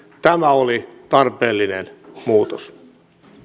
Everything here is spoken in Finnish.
tämä oli tarpeellinen muutos